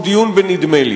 הוא דיון בנדמה-לי.